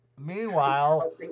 Meanwhile